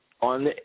on